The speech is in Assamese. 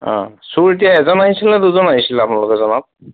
অ চোৰ এতিয়া এজন আহিছিলেনে দুজন আহিছিলে আপোনালোকে জনাওক